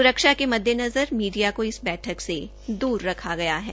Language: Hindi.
सुरक्षा के मद्देनज़र मीडिया को इस बैठक से दूर रखा गया है